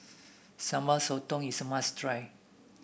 Sambal Sotong is a must try